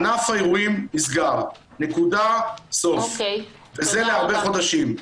ענף האירועים נסגר, נקודה, סוף, וזה לחודשים רבים.